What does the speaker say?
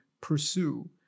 pursue